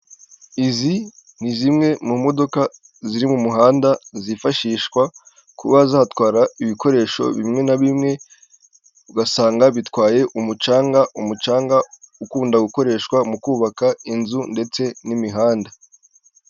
Izi ni zimwe mu modoka ziri mu muhanda zifashishwa kuba zatwara ibikoresho bimwe na bimwe ugasanga bitwaye umucanga, umucanga ukunda gukoreshwa mu kubaka inzu ndetse n'imihanda.